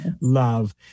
love